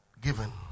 Given